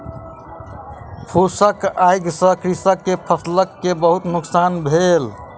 फूसक आइग से कृषक के फसिल के बहुत नुकसान भेल